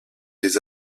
des